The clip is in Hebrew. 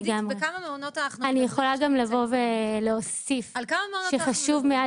אני יכולה גם להוסיף שחשוב מאוד